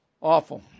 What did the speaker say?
Awful